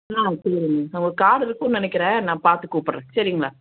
ஆ சொல்லுங்க உங்கள் கார்டு இருக்கும்ன்னு நினைக்கிறேன் நான் பார்த்து கூப்பிட்றேன் சரிங்களா